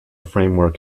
framework